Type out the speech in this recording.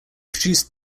produced